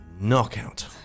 knockout